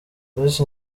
miss